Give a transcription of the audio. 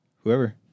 Whoever